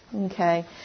Okay